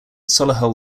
solihull